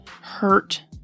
hurt